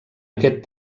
aquest